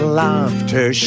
laughter